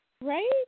Right